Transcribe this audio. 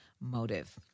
motive